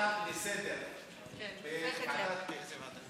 להצעה לסדר-היום.